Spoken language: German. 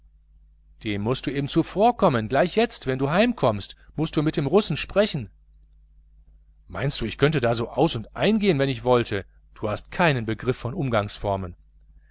dem mußt du eben zuvorkommen gleich jetzt wenn du heimkommst mußt du mit den russen sprechen meinst du da könnte ich so aus und eingehen wann ich wollte du hast keinen begriff von umgangsformen